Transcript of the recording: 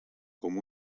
com